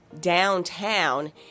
downtown